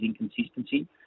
inconsistency